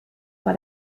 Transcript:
vor